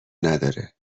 نداره